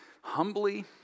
humbly